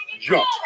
jump